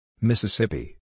Mississippi